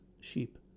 sheep